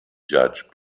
judge